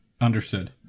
Understood